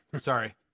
Sorry